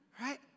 Right